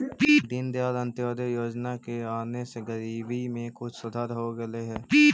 दीनदयाल अंत्योदय योजना के आने से गरीबी में कुछ सुधार तो अईलई हे